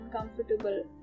uncomfortable